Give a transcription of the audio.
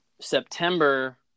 September